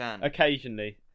occasionally